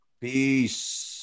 Peace